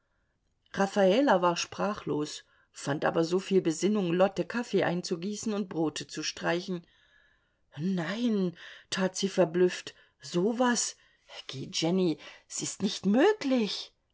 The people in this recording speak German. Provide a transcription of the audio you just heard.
raffala war sprachlos fand aber soviel besinnung lotte kaffee einzugießen und brote zu streichen nein tat sie verblüfft so was geh jenny s ist nicht möglich